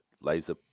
laser